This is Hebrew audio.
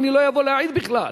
אני לא אבוא להעיד בכלל.